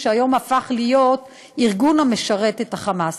שהיום הפך להיות ארגון המשרת את ה"חמאס".